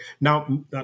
Now